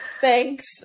thanks